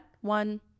one